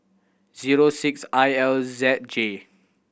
zero six I L Z J